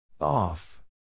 off